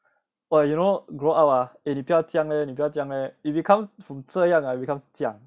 well you know grow up ah eh 你不要这样 leh 你不要这样 leh it becomes from 这样 ah becomes 讲